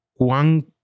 cuán